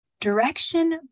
Direction